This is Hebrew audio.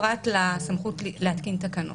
פרט לסמכות להתקין תקנות.